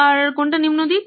আর কোনটা নিম্ন দিক